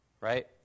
right